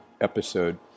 episode